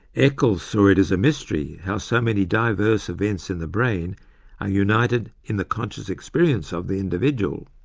eccles saw it as a mystery how so many diverse events in the brain are united in the conscious experience of the individual.